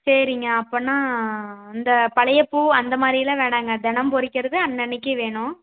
சரிங்க அப்போன்னா அந்த பழைய பூ அந்த மாதிரிலாம் வேணாங்க தினம் பறிக்கிறது அன்னன்னைக்கு வேணும்